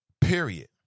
Period